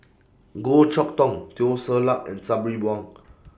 Goh Chok Tong Teo Ser Luck and Sabri Buang